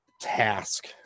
task